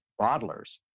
bottlers